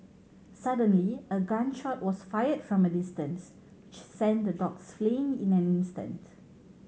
suddenly a gun shot was fired from a distance which sent the dogs fleeing in an instant